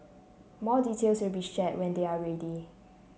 more details will be share when they are ready